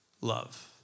love